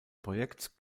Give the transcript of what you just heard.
projekts